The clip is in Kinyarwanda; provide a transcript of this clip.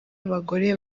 abagore